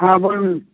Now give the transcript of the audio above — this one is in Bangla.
হ্যাঁ বলুন